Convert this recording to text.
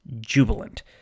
jubilant